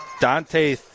Dante